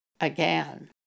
again